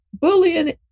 bullying